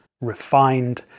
refined